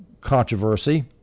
controversy